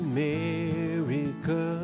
America